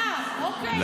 אה, אוקיי.